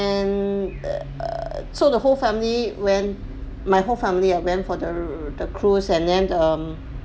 and err so the whole family went my whole family ah went for the cruise and then the